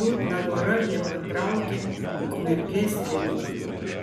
liūdna vora jie patraukė ukmergės link